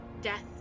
death